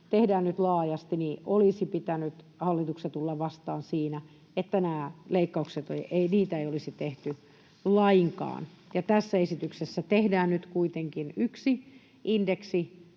tehdään nyt laajasti, olisi pitänyt hallituksen tulla vastaan siinä, että näitä leikkauksia ei olisi tehty lainkaan. Tässä esityksessä tehdään nyt kuitenkin yksi indeksikorotus